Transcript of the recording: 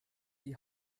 die